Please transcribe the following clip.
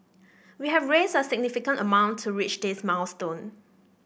we have raised a significant amount to reach this milestone